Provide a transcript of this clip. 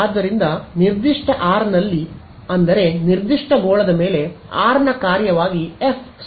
ಆದ್ದರಿಂದ ನಿರ್ದಿಷ್ಟ r ನಲ್ಲಿ ಅಂದರೆ ನಿರ್ದಿಷ್ಟ ಗೋಳದ ಮೇಲೆ r ನ ಕಾರ್ಯವಾಗಿ ಎಫ್ ಸ್ಥಿರವಾಗಿರುತ್ತದೆ